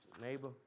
neighbor